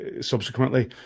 subsequently